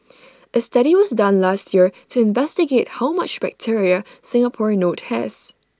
A study was done last year to investigate how much bacteria Singapore note has